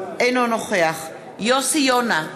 אינו נוכח יוסי יונה,